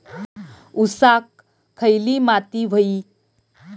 ऊसाक खयली माती व्हयी?